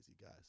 guys